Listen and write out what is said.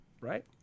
Right